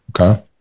Okay